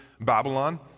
Babylon